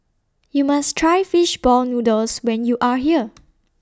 YOU must Try Fish Ball Noodles when YOU Are here